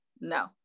no